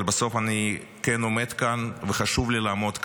אבל בסוף אני כן עומד כאן, וחשוב לי לעמוד כאן,